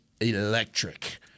electric